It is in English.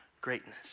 greatness